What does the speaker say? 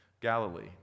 Galilee